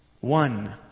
One